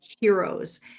Heroes